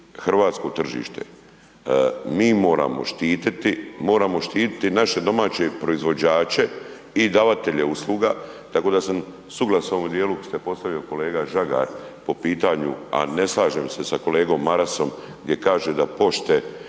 hrvatsko tržište, mi moramo štititi, moramo štititi naše domaće proizvođače i davatelje usluga, tako da sam suglasan u ovom dijelu što je postavio kolega Žagar po pitanju, a ne slažem se sa kolegom Marasom gdje kaže da pošte